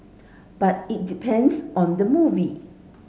but it depends on the movie